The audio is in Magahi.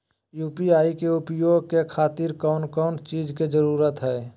यू.पी.आई के उपयोग के खातिर कौन कौन चीज के जरूरत है?